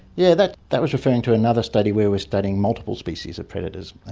yeah that that was referring to another study where were studying multiple species of predators,